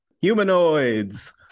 Humanoids